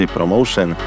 Promotion